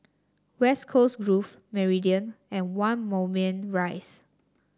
West Coast Grove Meridian and One Moulmein Rise